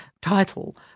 title